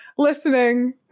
Listening